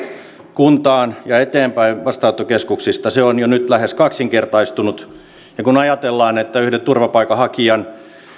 kuntaan ja eteenpäin vastaanottokeskuksista se on jo nyt lähes kaksinkertaistunut ja kun ajatellaan että yhden turvapaikanhakijan